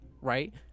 right